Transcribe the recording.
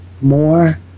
more